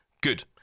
Good